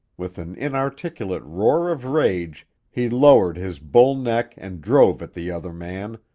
with an inarticulate roar of rage he lowered his bull neck and drove at the other man,